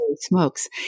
smokes